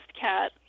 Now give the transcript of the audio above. cat